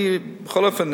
בכל אופן,